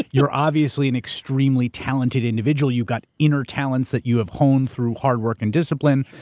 you're obviously an extremely talented individual, you got inner talents that you have honed through hard work and discipline.